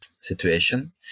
situation